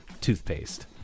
toothpaste